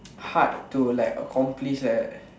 hard to like accomplish like that